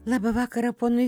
labą vakarą ponui